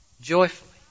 joyfully